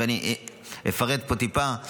ואני אפרט פה טיפה,